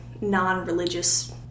non-religious